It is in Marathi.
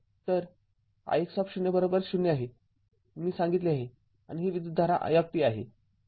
तर ix०० आहे मी सांगितले आहे आणि ही विद्युतधारा i आहे